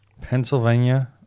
Pennsylvania